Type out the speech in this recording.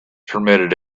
permitted